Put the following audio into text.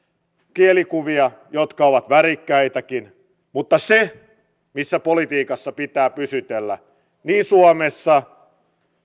kielikuvia jotka ovat värikkäitäkin mutta missä politiikassa pitää pysytellä niin suomessa